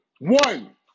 One